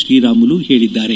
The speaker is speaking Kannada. ಶ್ರೀರಾಮುಲು ಹೇಳಿದ್ದಾರೆ